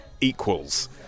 equals